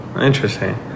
interesting